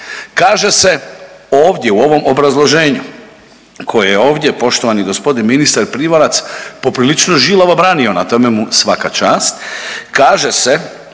Kaže se ovdje u ovom obrazloženju koje je ovdje poštovani gospodin ministar Primorac poprilično žilavo branio na tome mu svaka čast, kaže se